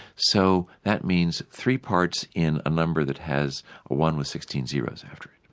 so that means three parts in a number that has a one with sixteen zeros after it.